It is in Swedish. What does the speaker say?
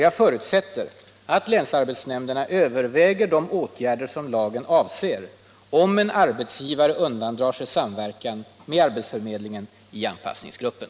Jag förutsätter att länsarbetsnämnderna överväger de åtgärder som lagen avser, om en arbetsgivare undandrar sig samverkan med arbetsförmedlingen i anpassningsgruppen.